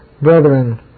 Brethren